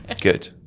Good